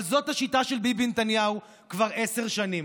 אבל זאת השיטה של ביבי נתניהו כבר עשר שנים.